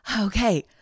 okay